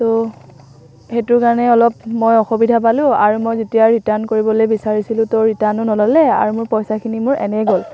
ত' সেইটো কাৰণে অলপ মই অসুবিধা পালোঁ আৰু মই যেতিয়া ৰিটাৰ্ণ কৰিবলে বিচাৰিছিলোঁ ত' ৰিটাৰ্ণো নল'লে আৰু মোৰ পইচাখিনি মোৰ এনেই গ'ল